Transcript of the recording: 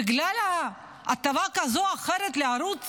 בגלל הטבה כזאת או אחרת לערוץ